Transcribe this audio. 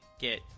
get